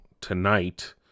tonight